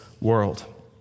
world